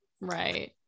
Right